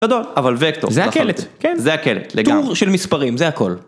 גדול, אבל וקטור. זה הקלט, כן? זה הקלט, לגמרי. טור של מספרים, זה הכל.